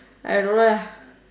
I don't know lah